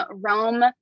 Rome